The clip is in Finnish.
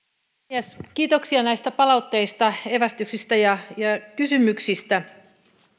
puhemies kiitoksia näistä palautteista evästyksistä ja kysymyksistä